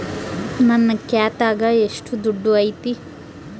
ನನ್ನ ಖಾತ್ಯಾಗ ಎಷ್ಟು ದುಡ್ಡು ಐತಿ?